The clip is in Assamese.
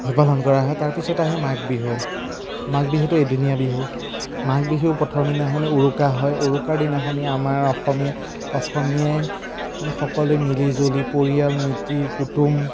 পালন কৰা হয় তাৰপিছত আহে মাঘ বিহু মাঘ বিহুটো এদিনীয়া বিহু মাঘ বিহু প্ৰথম দিনাখন উৰুকা হয় উৰুকাৰ দিনাখন আমাৰ অসমীয়া অসমীয়াই মানে সকলোৱে মিলিজুলি পৰিয়াল মিতিৰ কুটুম